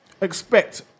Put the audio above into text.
expect